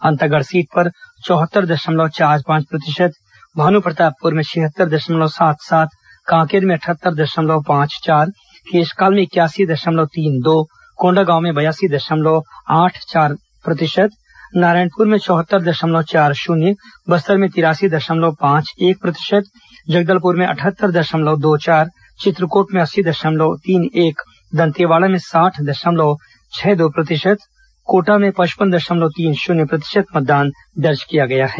Antagarh seat पर चौहत्तर दशमलव चार पांच प्रतिशत भानुप्रतापपुर में छिहत्तर दशमलव सात सात कांकेर में अटहत्तर दशमलव पांच चार केशकाल में इकयासी दशमलव तीन दो कोंडागांव में बयासी दशमलव आठ चार नारायणपूर में चौहत्तर दशमलव चार शून्य बस्तर में तिरासी दशमलव पांच एक जगदलपुर में अटहेत्तर दशमलव दो चार चित्रकोट में अस्सी दशमलव तीन एक दंतेवाड़ा में साठ देशमलव छह दो कोंटा में पचपन दशमलव तीन शून्य प्रतिशत मतदान दर्ज किया गया है